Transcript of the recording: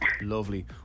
Lovely